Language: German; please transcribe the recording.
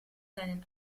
seinen